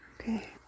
Okay